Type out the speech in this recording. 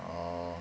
orh